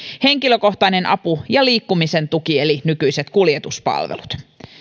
henkilökohtainen apu ja liikkumisen tuki eli nykyiset kuljetuspalvelut